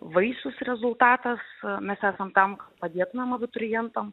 vaisius rezultatas mes esam tam ka padėtumėm abiturientam